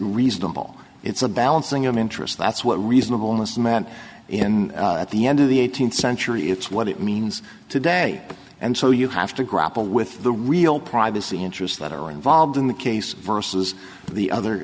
reasonable it's a balancing of interest that's what reasonable must man in at the end of the eighteenth century it's what it means today and so you have to grapple with the real privacy interests that are involved in the case versus the other